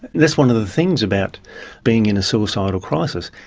that's one of the things about being in a suicidal crisis,